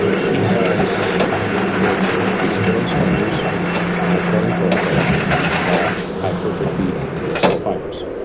he has put experienced sprinters on a training protocol that hypertrophied their slow fibers.